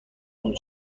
اون